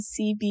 CB